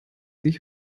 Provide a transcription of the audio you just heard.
sich